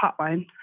hotline